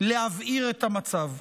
להבעיר את המצב.